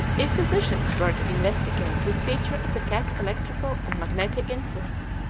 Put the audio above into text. if physicians were to investigate this feature of the cat's electrical and magnetic influence,